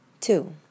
Two